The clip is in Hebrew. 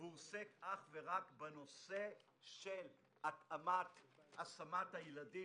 והוא עוסק אך ורק בנושא של התאמת השמת הילדים